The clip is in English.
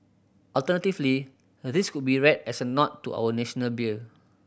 alternatively this could be read as a nod to our National beer